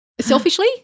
Selfishly